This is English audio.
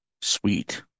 Sweet